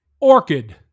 orchid